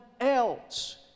else